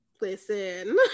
Listen